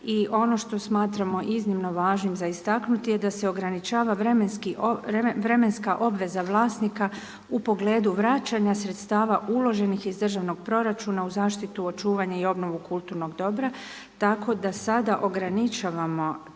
I ono što smatramo iznimno važnim za istaknuti je da se ograničava vremenska obveza vlasnika u pogledu vraćanja sredstava uloženih iz državnog proračuna u zaštitu očuvanja i obnovu kulturnog dobra. Tako da sada ograničavamo